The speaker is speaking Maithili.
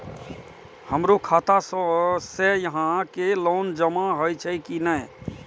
हमरो खाता से यहां के लोन जमा हे छे की ने?